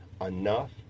enough